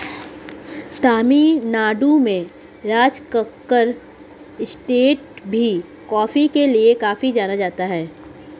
तमिल नाडु में राजकक्कड़ एस्टेट भी कॉफी के लिए काफी जाना जाता है